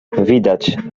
widać